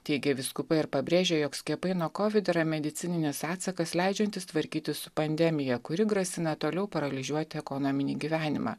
teigė vyskupai ir pabrėžė jog skiepai nuo kovido yra medicininis atsakas leidžiantis tvarkytis su pandemija kuri grasina toliau paralyžiuoti ekonominį gyvenimą